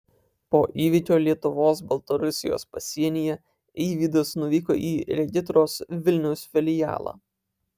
po įvykio lietuvos baltarusijos pasienyje eivydas nuvyko į regitros vilniaus filialą